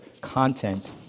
content